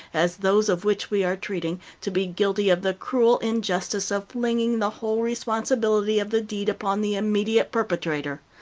as those of which we are treating, to be guilty of the cruel injustice of flinging the whole responsibility of the deed upon the immediate perpetrator.